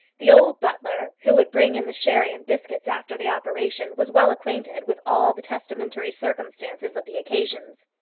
the old butler, who would bring in the sherry and biscuits after the operation, was well acquainted with all the testamentary circumstances of the occasions.